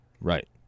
Right